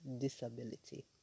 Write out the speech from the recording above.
disability